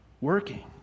working